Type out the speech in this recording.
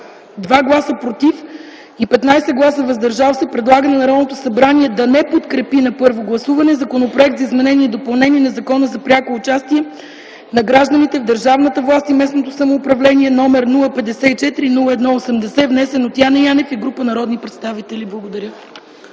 2 гласа „против” и 15 гласа „въздържал се”, предлага на Народното събрание да не подкрепи на първо гласуване Законопроект за изменение и допълнение на Закона за пряко участие на гражданите в държавната власт и местното самоуправление, № 054-01-80, внесен от Яне Янев и група народни представители.” Благодаря.